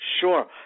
sure